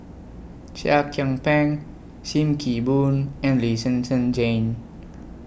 Seah Kian Peng SIM Kee Boon and Lee Zhen Zhen Jane